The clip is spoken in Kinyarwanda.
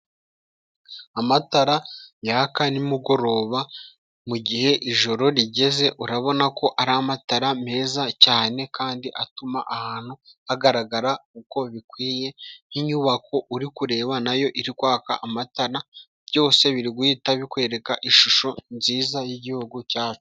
Amatara yaka nimugoroba mugihe ijoro rigeze, urabona ko ari amatara meza cyane kandi atuma ahantu hagaragara uko bikwiye, nk'inyubako uri kureba nayo iri kwaka amatara, byose biri guhita bikwereka ishusho nziza yigihugu cyacu.